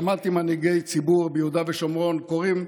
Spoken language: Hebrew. שמעתי מנהיגי ציבור ביהודה ושומרון שקוראים,